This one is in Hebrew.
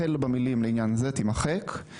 החל במילים "לעניין זה" תימחק.